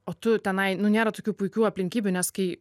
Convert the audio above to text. o tu tenai nu nėra tokių puikių aplinkybių nes kai